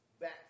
Back